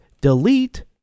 delete